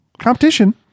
competition